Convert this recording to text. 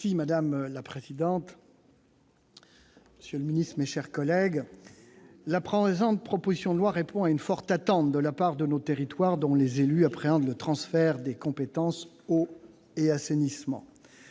de loi. Madame la présidente, monsieur le ministre, mes chers collègues, la présente proposition de loi répond à une forte attente de nos territoires, dont les élus appréhendent le transfert des compétences « eau » et « assainissement